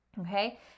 okay